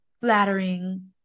flattering